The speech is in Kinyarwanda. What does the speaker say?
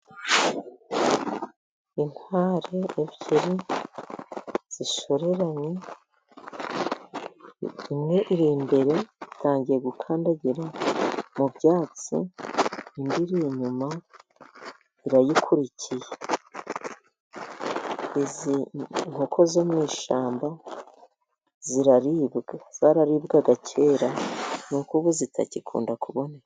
Inkware ebyiri zishoreranye. Imwe iri imbere itangiye gukandagira mu byatsi, indi iri inyuma irayikurikiye. Izi nkoko zo mu ishyamba ziraribwa. Zararibwaga kera ni uko ubu zitagikunda kuboneka.